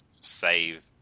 save